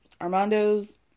Armando's